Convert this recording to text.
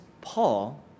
Paul